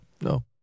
no